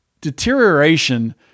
deterioration